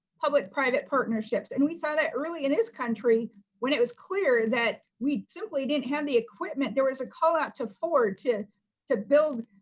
public private partnerships and we saw early in this country when it was clear that we simply didn't have the equipment, there was a call-out to ford to to build,